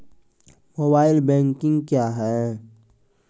Mobile banking क्या हैं?